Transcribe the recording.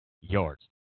yards